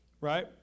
Right